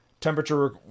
Temperature